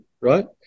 right